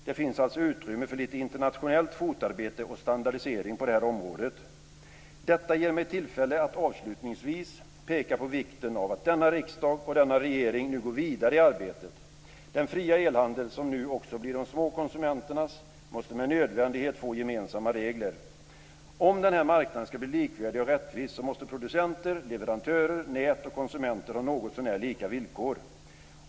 Det finns alltså utrymme för lite internationellt fotarbete och standardisering på det här området. Detta ger mig tillfälle att avslutningsvis peka på vikten av att denna riksdag och denna regering nu går vidare i arbetet. Den fria elhandel som nu också blir de små konsumenternas, måste med nödvändighet få gemensamma regler. Om denna marknad ska bli likvärdig och rättvis, måste producenter, leverantörer, nät och konsumenter ha någotsånär lika villkor.